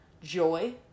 joy